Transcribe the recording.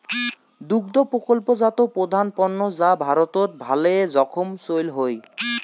দুগ্ধ প্রকল্পজাত প্রধান পণ্য যা ভারতত ভালে জোখন চইল হই